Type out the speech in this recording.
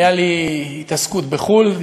הייתה לי התעסקות בחו"ל,